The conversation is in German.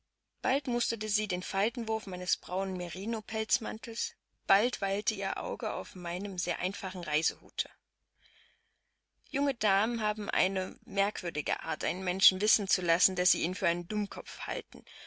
bald musterte sie den faltenwurf meines braunen merino pelzmantels bald weilte ihr auge auf meinem sehr einfachen reisehute junge damen haben eine merkwürdige art einen menschen wissen zu lassen daß sie ihn für einen dummkopf halten